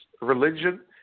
Religion